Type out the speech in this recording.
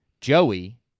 Joey